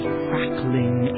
crackling